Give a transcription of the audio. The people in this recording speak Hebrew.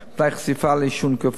מפני חשיפה לעישון כפוי.